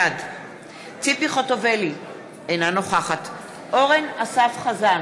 בעד ציפי חוטובלי, אינה נוכחת אורן אסף חזן,